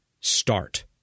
start